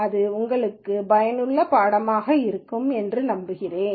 இது உங்களுக்கு ஒரு பயனுள்ள பாடமாகும் என்று நம்புகிறேன்